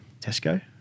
Tesco